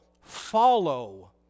follow